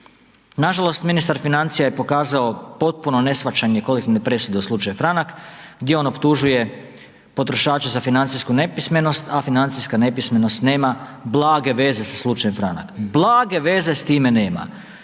Nažalost ministar financija je pokazao potpuno neshvaćanje kolektivne presude u slučaju Franak, gdje on optužuje potrošače za financijsku nepismenost, a financijska nepismenost nema blage veze sa slučajem Franak. Blage veze s time nema.